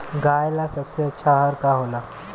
गाय ला सबसे अच्छा आहार का होला?